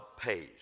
pays